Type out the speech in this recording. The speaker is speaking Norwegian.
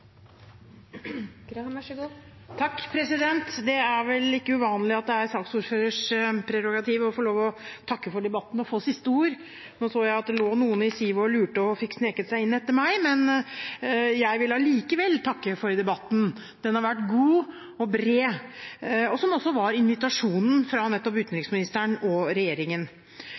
vel ikke uvanlig at det er saksordførerens prerogativ å få lov til å takke for debatten og få siste ord. Nå så jeg at det lå noen i sivet og lurte og fikk sneket seg inn etter meg, men jeg vil allikevel takke for debatten. Den har vært god og bred, som også invitasjonen fra nettopp utenriksministeren og regjeringen